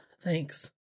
Thanks